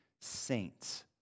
saints